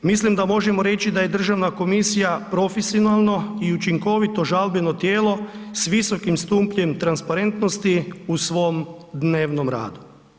Mislim da možemo reći da je Državna komisija profesionalno i učinkovito žalbeno tijelo s visokim stupnjem transparentnosti u svom radu.